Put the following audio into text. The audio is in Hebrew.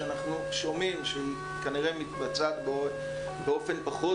שאנחנו שומעים שהיא כנראה מתבצעת באופן פחות